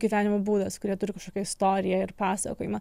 gyvenimo būdas kurie turi kažkokią istoriją ir pasakojimą